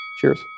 Cheers